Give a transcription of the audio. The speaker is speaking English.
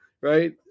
right